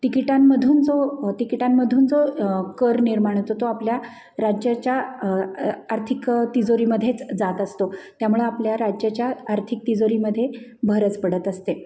तिकीटांमधून जो तिकिटांमधून जो कर निर्माण होतो तो आपल्या राज्याच्या आर्थिक तिजोरीमध्येच जात असतो त्यामुळं आपल्या राज्याच्या आर्थिक तिजोरीमध्ये भरच पडत असते